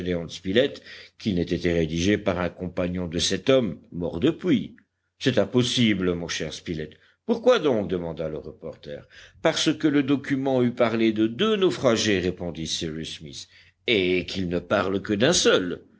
qu'il n'ait été rédigé par un compagnon de cet homme mort depuis c'est impossible mon cher spilett pourquoi donc demanda le reporter parce que le document eût parlé de deux naufragés répondit cyrus smith et qu'il ne parle que d'un seul